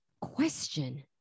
Question